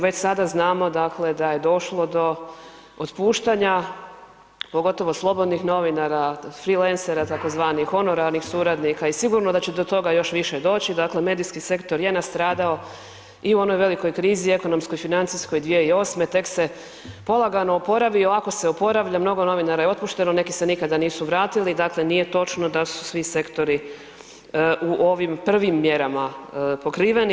Već sada znamo, dakle da je došlo do otpuštanja, pogotovo slobodnih novinara, freelancera tzv., honorarnih suradnika i sigurno da će do toga još više doći, dakle medijski sektor je nastradao i u onoj velikoj krizi, ekonomskoj i financijskoj 2008.g., tek se polagano oporavio, ako se oporavlja, mnogo novinara je otpušteno, neki se nikada nisu vratili, dakle nije točno da su svi sektori u ovim prvim mjerama pokriveni.